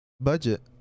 budget